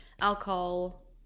alcohol